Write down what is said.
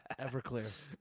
Everclear